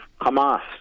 Hamas